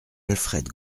alfred